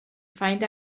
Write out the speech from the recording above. find